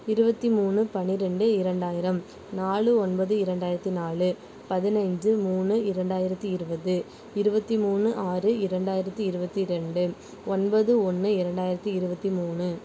இருபத்தி மூணு பன்னிரெண்டு இரண்டாயிரம் நாலு ஒன்பது இரண்டாயிரத்து நாலு பதினஞ்சு மூணு இரண்டாயிரத்து இருபது இருபத்தி மூணு ஆறு இரண்டாயிரத்து இருபத்தி ரெண்டு ஒன்பது ஒன்று இரண்டாயிரத்து இருபத்தி மூணு